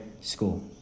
school